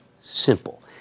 Simple